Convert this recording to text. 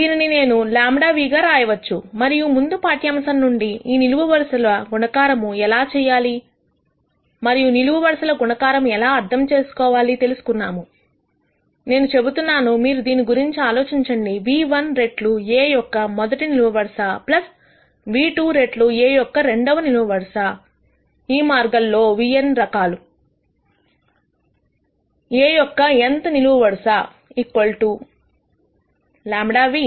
దీనిని నేను λ ν గా రాయవచ్చు మరియు ముందు పాఠ్యాంశం నుండి ఈ నిలువు వరుసల గుణకారము ఎలా చేయాలి మరియు నిలువు వరుసల గుణకారము ఎలా అర్థం చేసుకోవాలి తెలుసుకున్నాము నేను చెబుతున్నాను మీరు దీని గురించి ఆలోచించండి v1 రెట్లు A యొక్క మొదటి నిలువు వరుసv2 రెట్లు A యొక్క రెండవ నిలువు వరుస ఈ మార్గము లో vn రకాలు A యొక్క nth నిలువు వరుస λ ν